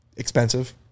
Expensive